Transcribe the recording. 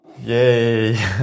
Yay